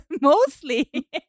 mostly